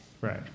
Right